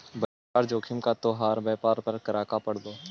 बाजार जोखिम का तोहार व्यापार पर क्रका पड़लो